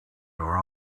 are